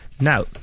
Now